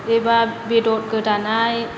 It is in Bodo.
एबा बेदर गोदानाय